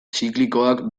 ziklikoak